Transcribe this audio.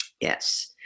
Yes